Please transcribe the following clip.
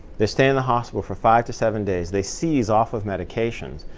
they stay in the hospital for five to seven days. they seize off of medications,